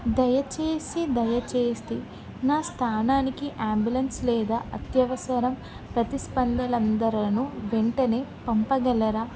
దయచేసి దయచేసి నా స్థానానికి అంబులెన్స్ లేదా అత్యవసరం ప్రతిస్పందనలను వెంటనే పంపగలరా